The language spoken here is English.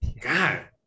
God